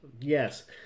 Yes